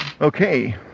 Okay